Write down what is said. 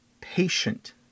patient